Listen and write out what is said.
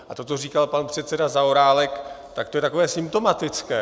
A to, co říkal pan předseda Zaorálek, to je takové symptomatické.